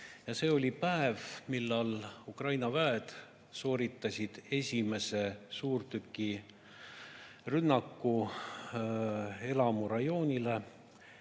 See oli päev, kui Ukraina väed sooritasid esimese suurtükirünnaku elamurajoonile.